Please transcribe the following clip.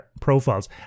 profiles